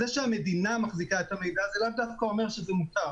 זה שהמדינה מחזיקה את המידע זה לאו דווקא אומר שזה מותר.